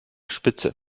spitze